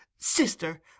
sister